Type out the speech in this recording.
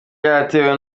byaratewe